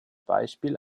beispiel